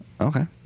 Okay